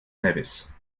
nevis